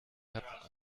hatten